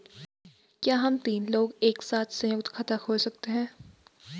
क्या हम तीन लोग एक साथ सयुंक्त खाता खोल सकते हैं?